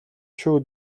шүү